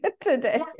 today